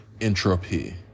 entropy